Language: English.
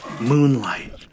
Moonlight